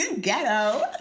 ghetto